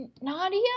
Nadia